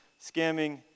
scamming